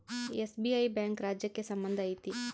SBI bank ರಾಜ್ಯಕ್ಕೆ ಸಂಬಂಧ ಐತಿ